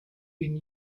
been